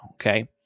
okay